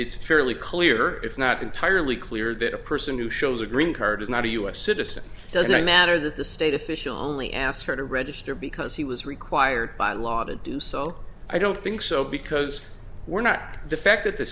it's fairly clear if not entirely clear that a person who shows a green card is not a u s citizen doesn't matter that the state official only asked her to register because he was required by law to do so i don't think so because we're not the fact that the